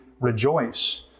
rejoice